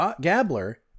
gabler